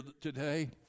today